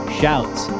shouts